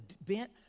bent